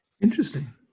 Interesting